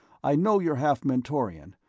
i know you're half mentorian,